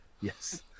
Yes